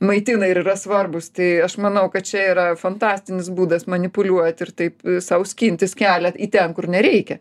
maitina ir yra svarbūs tai aš manau kad čia yra fantastinis būdas manipuliuot ir taip sau skintis kelią į ten kur nereikia